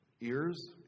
ears